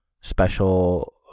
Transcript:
special